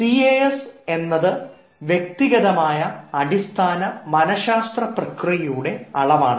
C A S എന്നത് വ്യക്തിഗതമായ അടിസ്ഥാന മനശാസ്ത്ര പ്രക്രിയയുടെ അളവാണ്